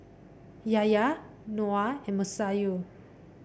Yahya Noah and Masayu